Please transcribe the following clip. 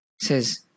says